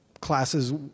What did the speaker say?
classes